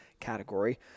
category